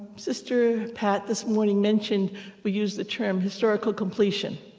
sister pat, this morning, mentioned we use the term historical completion.